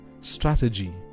strategy